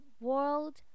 world